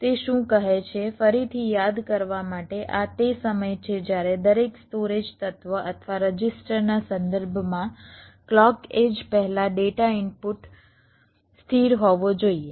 તે શું કહે છે ફરીથી યાદ કરવા માટે આ તે સમય છે જ્યારે દરેક સ્ટોરેજ તત્વ અથવા રજિસ્ટરના સંદર્ભમાં ક્લૉક એડ્જ પહેલાં ડેટા ઇનપુટ સ્થિર હોવો જોઈએ